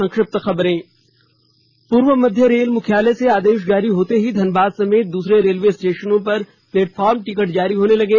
संक्षिप्त खबरें पूर्व मध्य रेल मुख्यालय से आदेश जारी होते ही धनबाद समेत दूसरे रेलवे स्टेशन पर प्लेटफॉर्म टिकट जारी होने लगे